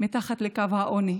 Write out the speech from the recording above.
מתחת לקו העוני.